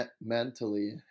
mentally